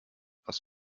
was